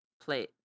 play